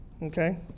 Okay